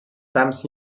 times